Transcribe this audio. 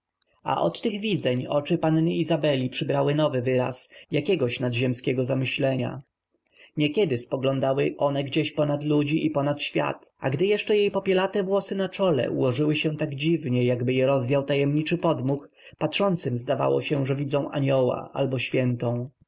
a od tych widzeń oczy panny izabeli przybrały nowy wyraz jakiegoś nadziemskiego zamyślenia niekiedy spoglądały one gdzieś ponad ludzi i poza świat a gdy jeszcze jej popielate włosy na czole ułożyły się tak dziwnie jakby je rozwiał tajemniczy podmuch patrzącym zdawało się że widzą anioła albo świętą